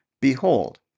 Behold